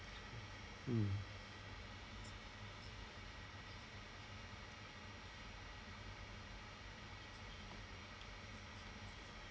mm